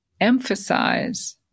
emphasize